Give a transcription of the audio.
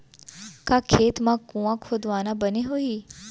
का खेत मा कुंआ खोदवाना बने होही?